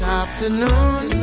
afternoon